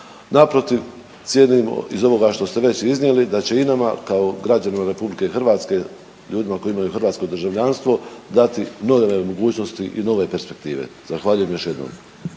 Naprotiv, cijenimo iz ovog što ste već iznijeli da će i nama kao građanima RH i onima koji imaju hrvatsko državljanstvo dati nove mogućnosti i nove perspektive. Zahvaljujem još jednom.